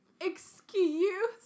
excuse